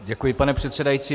Děkuji, pane předsedající.